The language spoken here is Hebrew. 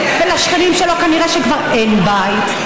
ולשכנים שלו כנראה שכבר אין בית,